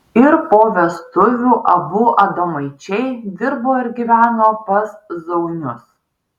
ir po vestuvių abu adomaičiai dirbo ir gyveno pas zaunius